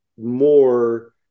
more